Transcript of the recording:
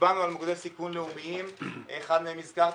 הצבענו על מוקדי סיכון לאומיים ואחד מהם הזכרתי,